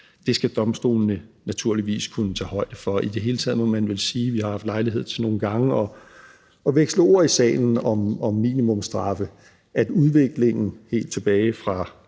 Det skal domstolene naturligvis kunne tage højde for. I det hele taget må man vel sige, at vi har haft lejlighed til nogle gange at veksle ord i salen om minimumsstraffe, og at udviklingen helt tilbage fra